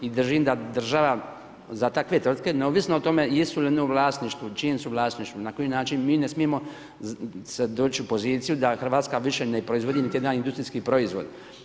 I držim da država za takve tvrtke neovisno o tome jesu li one u vlasništvu, čijem su vlasništvu, na koji način mi ne smijemo doći u poziciju da Hrvatska više ne proizvodi niti jedan industrijski proizvod.